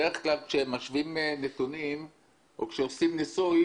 בדרך כלל כשמשווים נתונים או עושים ניסוי,